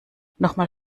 nochmal